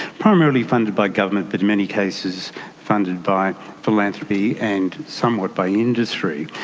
primarily funded by government but in many cases funded by philanthropy and somewhat by industry.